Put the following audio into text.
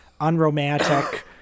unromantic